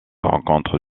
rencontre